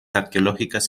arqueológicas